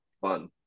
fun